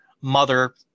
Mother